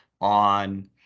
on